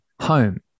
home